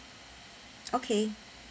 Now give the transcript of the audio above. okay